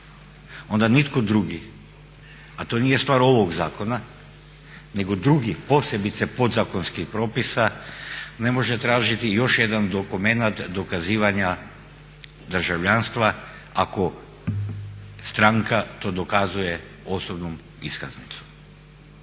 onda nitko drugi, a to nije stvar ovog zakona, nego drugih posebice podzakonskih propisa ne može tražiti još jedan dokumenat dokazivanja državljanstva ako stranka to dokazuje osobnom iskaznicom.